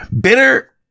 bitter